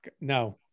no